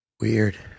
Weird